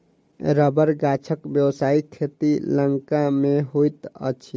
रबड़ गाछक व्यवसायिक खेती लंका मे होइत अछि